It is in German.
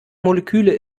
moleküle